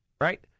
right